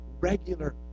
regular